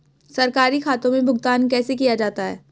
सरकारी खातों में भुगतान कैसे किया जाता है?